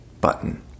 button